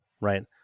right